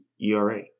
ERA